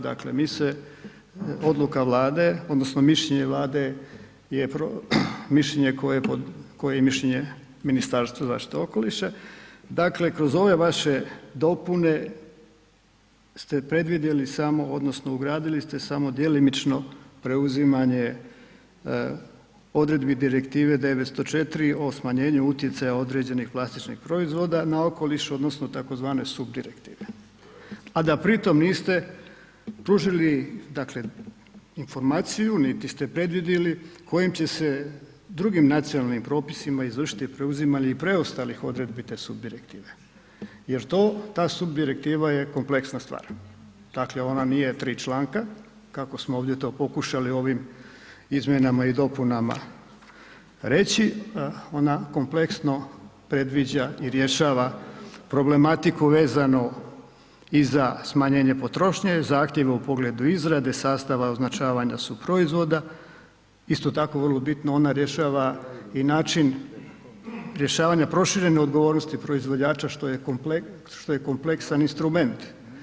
Dakle, mi se odluka Vlade odnosno mišljenje Vlade je mišljenje koje je i mišljenje Ministarstva zaštite okoliša, dakle kroz ove vaše dopune ste predvidjeli samo odnosno ugradili ste samo djelomično preuzimanje odredbi Direktive 904 o smanjenju utjecaja određenih plastičnih proizvoda na okoliš odnosno tzv. subdirektive a da pritom niste pružili dakle informaciju niti ste predvidjeli kojim će se drugim nacionalnim propisima izvršiti preuzimanje i preostalih odredbi te subdirektive jer to, ta subdirektiva je kompleksna stvar dakle ona nije tri članka kako smo ovdje to pokušali ovim izmjenama i dopunama reći, ona kompleksno predviđa i rješava problematiku vezano i za smanjenje potrošnje, zahtjeva u pogledu izrade, sastava i označavanja suproizvoda, isto tako vrlo bitno ona rješava i način rješavanja proširene odgovornosti proizvođača što je kompleksan instrument.